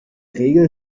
regel